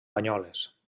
banyoles